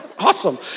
Awesome